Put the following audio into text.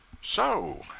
So